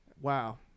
Wow